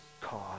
cause